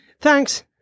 Thanks